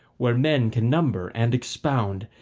where men can number and expound,